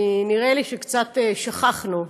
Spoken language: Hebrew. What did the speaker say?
כי נראה לי שקצת שכחנו,